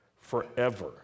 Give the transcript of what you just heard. forever